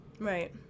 Right